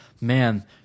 man